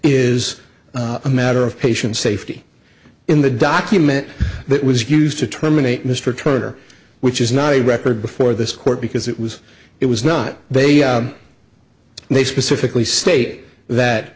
is a matter of patient safety in the document that was used to terminate mr turner which is not a record before this court because it was it was not they they specifically state that